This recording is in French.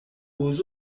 aux